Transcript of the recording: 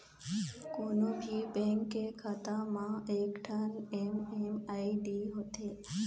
कोनो भी बेंक के खाता म एकठन एम.एम.आई.डी होथे